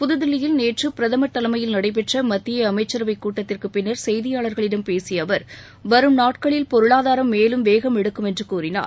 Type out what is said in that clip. புதுதில்லியில் நேற்று பிரதமர் தலைமையில் நடைபெற்ற மத்திய அமைச்சரவைக் கூட்டத்திற்குப் பின்னர் செய்தியாளர்களிடம் பேசிய அவர் வரும் நாட்களில் பொருளாதாரம் மேலும் வேகமெடுக்கும் என்று கூறினார்